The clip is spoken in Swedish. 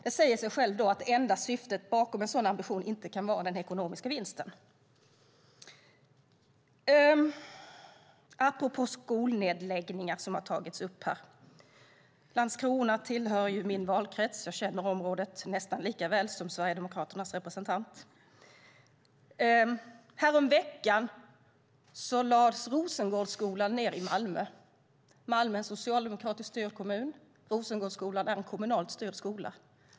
Det säger sig självt att det enda syftet bakom en sådan ambition då inte kan vara enbart den ekonomiska vinsten. Apropå skolnedläggningar, vilket har tagits upp: Landskrona tillhör min valkrets, och jag känner området nästan lika väl som Sverigedemokraternas representant. Häromveckan lades Rosengårdsskolan ned i Malmö. Malmö är en socialdemokratiskt styrd kommun, och Rosengårdsskolan är en kommunalt styrd skola.